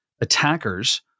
attackers